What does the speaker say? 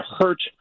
hurt